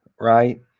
right